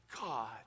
God